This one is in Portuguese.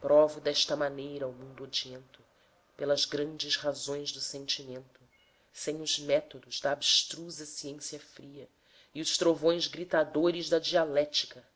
provo desta maneira ao mundo odiento pelas grandes razões do sentimento sem os métodos da abstrusa ciência fria e os trovões gritadores da dialética